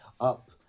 up